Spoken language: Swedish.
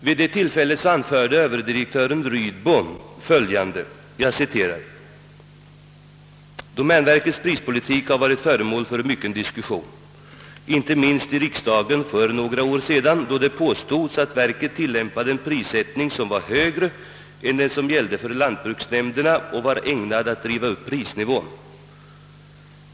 Vid det tillfället anförde överdirektören Rydbo följande: »Domänverkets prispolitik har varit föremål för mycken diskussion inte minst i riksdagen för några år sedan, då det påstods att verket tillämpade en prissättning som var högre än den som gällde för lantbruksnämnderna och var ägnad att driva upp prisnivån.